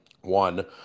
One